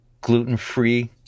gluten-free